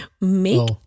Make